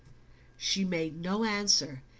she made no answer,